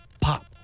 Pop